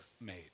made